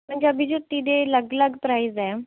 ਪੰਜਾਬੀ ਜੁੱਤੀ ਦੇ ਅਲੱਗ ਅਲੱਗ ਪ੍ਰਾਈਜ਼ ਐਂ